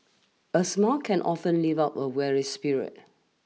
a smile can often lift up a weary spirit